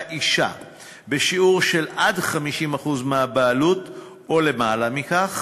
בהם אישה בשיעור שעד 50% מהבעלות או יותר מכך,